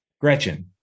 Gretchen